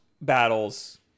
battles